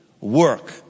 work